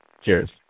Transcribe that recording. Cheers